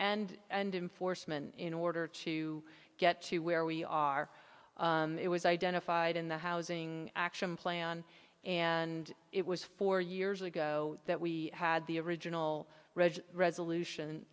and and in foresman in order to get to where we are it was identified in the housing action plan and it was four years ago that we had the original resolution